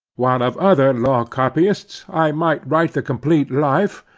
while of other law-copyists i might write the complete life,